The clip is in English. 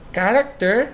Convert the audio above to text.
character